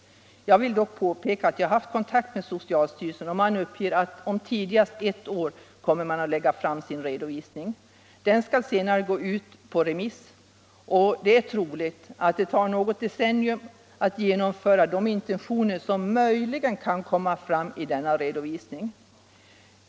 Jag vill dock påpeka att jag har haft kontakt med socialstyrelsen och att man där uppger att man tidigast om ett år kommer att lägga fram sin redovisning. Den skall sedan gå ut på remiss, och det är troligt att det tar något decennium att genomföra de intentioner som möjligen kan finnas i redovisningen.